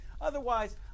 Otherwise